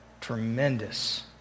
tremendous